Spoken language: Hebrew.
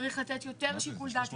צריך לתת יותר שיקול דעת.